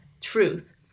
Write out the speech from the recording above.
truth